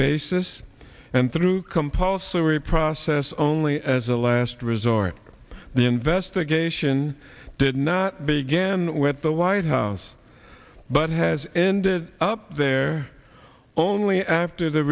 basis and through compulsory process only as a last resort the investigation did not began with the white house but has ended up there only after the